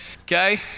Okay